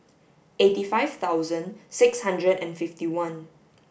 eighty five thousand six hundred and fifty one